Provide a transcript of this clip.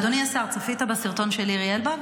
אדוני השר, צפית בסרטון של לירי אלבג?